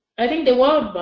i think the world